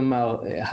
כלומר,